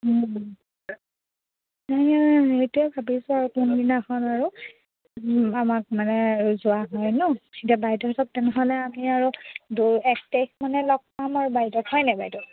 নাই সেইটোৱে ভাবিছোঁ আৰু কোনদিনাখন আৰু আমাক মানে যোৱা হয় নহ্ এতিয়া বাইদেউহঁতক তেনেহ'লে আমি আৰু দু এক তাৰিখ মানে লগ পাম আৰু বাইদউক হয়নে বাইদেউ